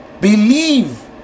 Believe